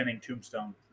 tombstone